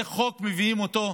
זה החוק שמביאים אותו.